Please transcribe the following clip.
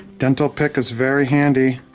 dental pick is very handy.